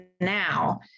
now